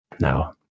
No